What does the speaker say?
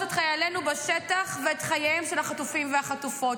את חיילינו בשטח ואת חייהם של החטופים והחטופות.